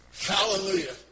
Hallelujah